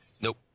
Nope